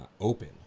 open